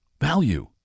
value